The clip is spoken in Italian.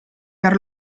per